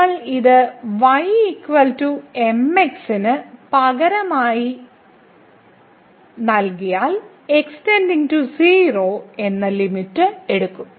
നമ്മൾ ഈ y mx ന് പകരമായി നൽകിയാൽ എന്ന ലിമിറ്റ് എടുക്കും